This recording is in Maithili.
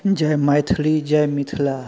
जय मैथली जय मिथिला